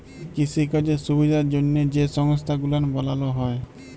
কিসিকাজের সুবিধার জ্যনহে যে সংস্থা গুলান বালালো হ্যয়